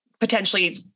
potentially